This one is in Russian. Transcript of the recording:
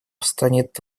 станет